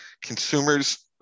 Consumers